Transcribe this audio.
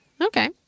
Okay